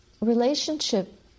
Relationship